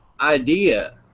idea